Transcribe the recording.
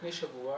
לפני שבוע,